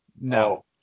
No